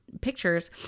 pictures